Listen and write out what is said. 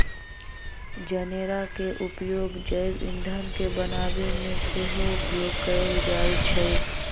जनेरा के उपयोग जैव ईंधन के बनाबे में सेहो उपयोग कएल जाइ छइ